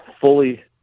fully